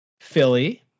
Philly